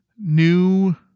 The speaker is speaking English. new